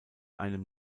einem